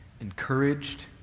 encouraged